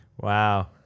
Wow